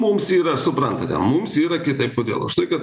mums yra suprantate mums yra kitaip kodėl už tai kad